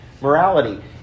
morality